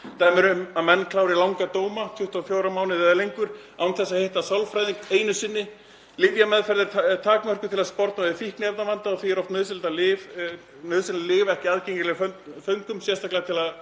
eru um að menn klári langa dóma, 24 mánuði eða lengur, án þess að hitta sálfræðing einu sinni. Lyfjameðferð er takmörkuð til að sporna við fíkniefnavanda og því eru nauðsynleg lyf oft ekki aðgengileg föngum, sérstaklega til að